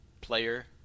player